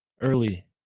early